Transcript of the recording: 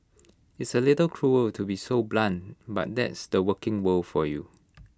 it's A little cruel to be so blunt but that's the working world for you